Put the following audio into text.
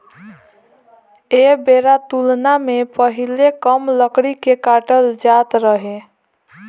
ऐ बेरा तुलना मे पहीले कम लकड़ी के काटल जात रहे